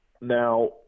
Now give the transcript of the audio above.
Now